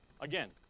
Again